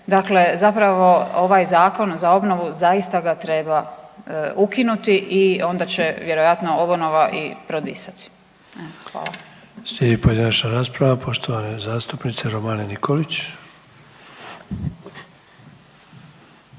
Dakle, zapravo ovaj Zakon za obnovu zaista ga treba ukinuti i onda će vjerojatno obnova i prodisati. Hvala. **Sanader, Ante (HDZ)** Slijedi pojedinačna rasprava. Poštovana zastupnica Romana Nikolić.